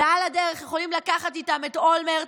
ועל הדרך הם יכולים לקחת איתם את אולמרט,